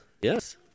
Yes